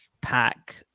pack